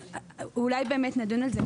אולי באמת נדון בזה,